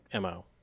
mo